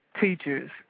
teachers